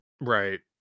Right